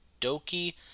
Doki